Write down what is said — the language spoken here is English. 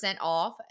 off